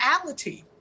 reality